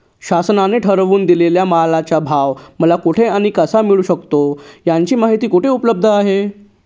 शासनाने ठरवून दिलेल्या मालाचा भाव मला कुठे आणि कसा मिळू शकतो? याची माहिती कुठे उपलब्ध आहे?